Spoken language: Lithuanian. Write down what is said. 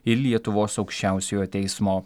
ir lietuvos aukščiausiojo teismo